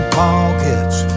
pockets